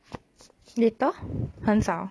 seletar 很少